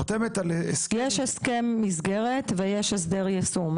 יש הסכם מסגרת, ויש הסדר יישום.